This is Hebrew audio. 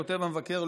כתב המבקר,